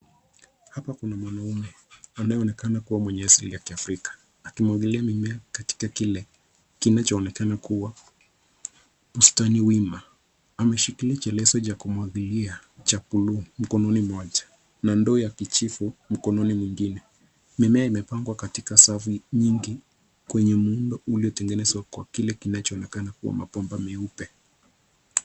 Hapa kuna mwanaume, anayeonekana kuwa mwenye asili ya kiafrika. Akimwangilia mimea katika kile, kinachoonekana kuwa, bustani wima. Ameshikilia chelezo cha kumwangilia, cha bluu mkononi moja, na ndoo ya kijivu, mkononi mwingine. Mimea imepangwa katika safu nyingi, kwenye muundo uliotengenezwa kwa, kile kinachoonekana kuwa mabomba meupe.